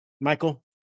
Michael